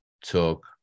took